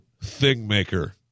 Thingmaker